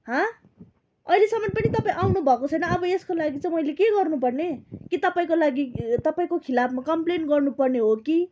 हाँ अहिलेसम्मन् पनि तपाईँ आउनु भएको छैन अब यसको लागि चाहिँ मैले के गर्नु पर्ने कि तपाईँको लागि तपाईँको खिलाफमा कम्प्लेन गर्नुपर्ने हो कि